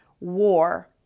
war